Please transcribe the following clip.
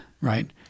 Right